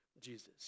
Jesus